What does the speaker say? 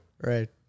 right